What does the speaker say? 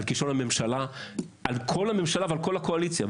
על כל הממשלה ועל כל הקואליציה.